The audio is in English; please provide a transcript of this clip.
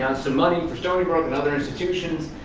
and some money for stony brook and other institutions,